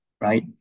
right